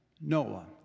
Noah